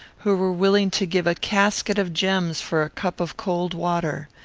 who were willing to give a casket of gems for a cup of cold water.